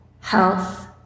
health